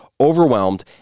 overwhelmed